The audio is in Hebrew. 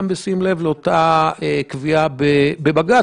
ובשים לב לאותה קביעה בבג"ץ.